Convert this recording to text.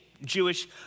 Jewish